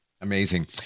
Amazing